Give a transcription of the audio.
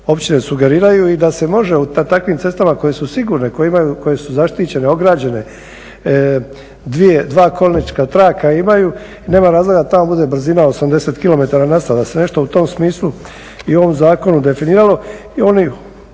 općine sugeriraju i da se može na takvim cestama koje su sigurne, koje su zaštićene, ograđene dva kolnička traka imaju i nema razloga da tamo bude brzina 80 km na sat. Da se nešto u tom smislu i u ovom zakonu definiralo i onaj,